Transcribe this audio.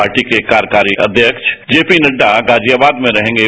party के कार्यकारी अध्यक्ष जेपी नड्डा गाजियाबाद में रहेंगे